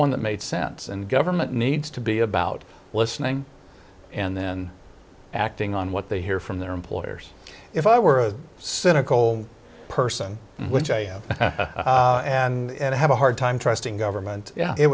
one that made sense and government needs to be about listening and then acting on what they hear from their employers if i were a cynical person which i have and i have a hard time trusting government yeah it